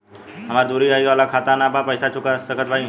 हमारी दूसरी आई वाला खाता ना बा पैसा चुका सकत हई?